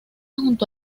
junto